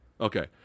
okay